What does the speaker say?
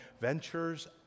ventures